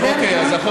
כן.